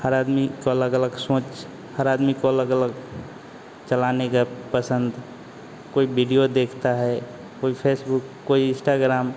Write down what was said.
हर आदमी की अलग अलग सोच हर आदमी को अलग अलग चलाने का पसंद कोई बिडिओ देखता है कोई फेसबुक कोई इस्टाग्राम